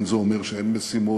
אין זה אומר שאין משימות.